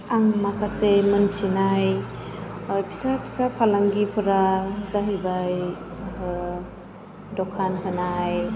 आं माखासे मिथिनाय फिसा फिसा फालांगिफोरा जाहैबाय दखान होनाय